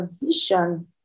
vision